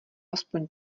aspoň